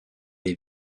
les